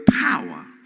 power